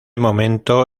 momento